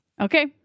Okay